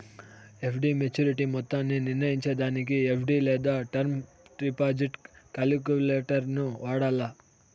FD maturity మొత్తాన్ని నిర్నయించేదానికి FD లేదా టర్మ్ డిపాజిట్ కాలిక్యులేటరును వాడాల